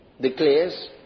declares